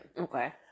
Okay